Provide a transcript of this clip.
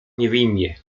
niewinnie